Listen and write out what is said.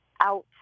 out